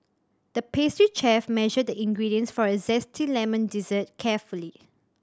the pastry chef measured the ingredients for a zesty lemon dessert carefully